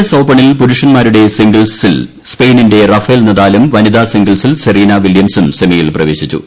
S ഓപ്പണിൽ പുരുഷൻമാരുടെ സിംഗിൾസിൽ സ്പെയിന്റെ റഫേൽ നദാലും വനിതാ സിംഗിൾസിൽ സെറീനാ വില്യംസും സെമിയിൽ പ്രവേശിച്ചു